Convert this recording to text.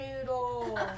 noodle